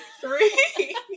three